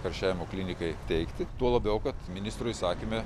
karščiavimo klinikai teikti tuo labiau kad ministro įsakyme